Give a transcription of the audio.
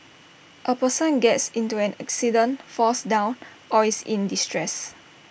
A person gets into an accident falls down or is in distress